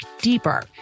deeper